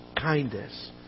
kindness